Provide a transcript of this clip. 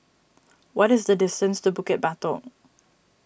what is the distance to Bukit Batok